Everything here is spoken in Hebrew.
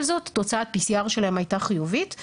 זאת תוצאת ה-PCR שלהם הייתה חיובית.